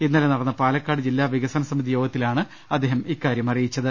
ഇന്നലെ നടന്ന പാലക്കാട് ജില്ലാ വികസനസമിതി യോഗത്തിലാണ് അദ്ദേഹം ഇക്കാരൃം അറിയിച്ചത്